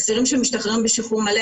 אסירים שמשתחררים בשחרור מלא,